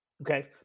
okay